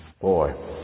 Boy